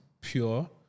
pure